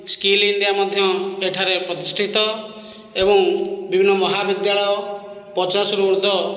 skill India ମଧ୍ୟ ଏଠାରେ ପ୍ରତିଷ୍ଠିତ ଏବଂ ବିଭିନ୍ନ ମହା ବିଦ୍ୟାଳୟ ପଚାଶ ରୁ ଉର୍ଦ୍ଧ୍ବ